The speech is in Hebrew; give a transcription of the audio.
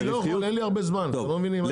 לא, אין לי הרבה זמן, אתם לא מבינים?